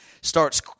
starts